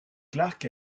clarke